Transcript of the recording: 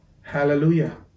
hallelujah